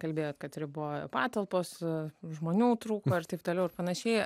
kalbėjot kad ribojo patalpossu žmonių trūko ir taip toliau ir panašiai